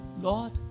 Lord